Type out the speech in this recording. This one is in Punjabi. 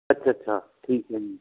ਅੱਛਾ ਅੱਛਾ ਠੀਕ ਹੈ ਜੀ